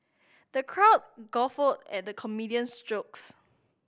the crowd guffawed at the comedian's jokes